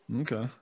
Okay